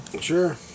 Sure